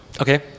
Okay